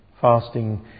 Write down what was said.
Fasting